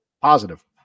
positive